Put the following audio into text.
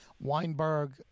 Weinberg